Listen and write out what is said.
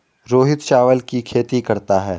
रोहित चावल की खेती करता है